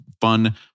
fun